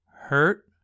hurt